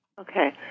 Okay